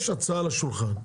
יש הצעה על השולחן,